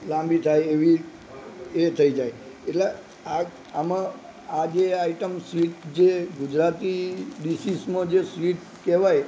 લાંબી થાય એવી એ થઇ જાય એટલે આ આમાં આ જે આઈટમ સ્વીટ જે ગુજરાતી ડિશીઝમાં જે સ્વીટ કહેવાય